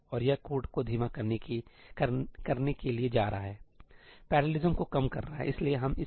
और यह कोड को धीमा करने के लिए जा रहा है सही पैरेललिज्म को कम कर रहा है